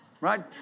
Right